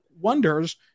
wonders